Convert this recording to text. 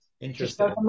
Interesting